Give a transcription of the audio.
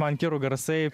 man kirų garsai